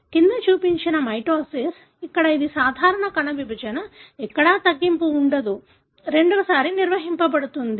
క్రింద చూపినది మైటోసిస్ ఇక్కడ ఇది సాధారణ కణ విభజన ఎక్కడ తగ్గింపు ఉండదు 2n నిర్వహించబడుతుంది